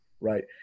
right